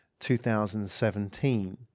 2017